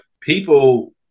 people